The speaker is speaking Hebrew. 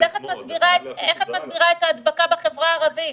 אז איך את מסבירה את ההדבקה בחברה הערבית?